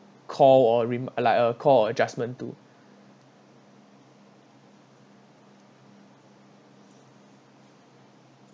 call or rem~ uh like a call or adjustment to